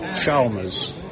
Chalmers